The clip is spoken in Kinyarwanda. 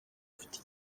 ufite